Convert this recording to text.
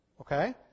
Okay